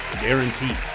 guaranteed